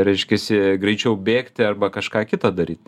reiškiasi greičiau bėgti arba kažką kita daryt